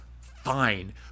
fine